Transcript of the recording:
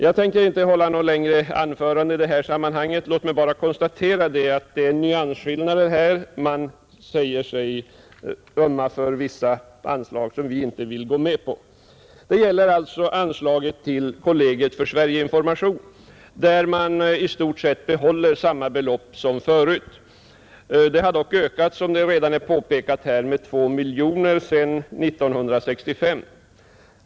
Jag tänker inte hålla något längre anförande i detta sammanhang. Låt mig bara konstatera att det är fråga om nyansskillnader här. Man säger sig ömma för vissa anslag, som majoriteten inte vill gå med på. Det gäller nu anslaget till kollegiet för Sverige-information, där man i propositionen i stort sett behåller samma belopp som förut. Anslaget har dock, som redan påpekats här, ökats med 2 miljoner kronor sedan 1965.